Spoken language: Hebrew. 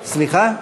סליחה,